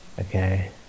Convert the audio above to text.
Okay